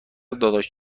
داداش